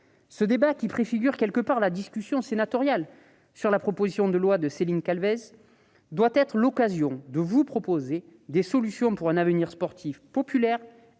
Ce débat, qui préfigure d'une certaine manière la discussion sénatoriale sur la proposition de loi de Céline Calvez, doit être l'occasion de proposer des solutions pour un avenir sportif populaire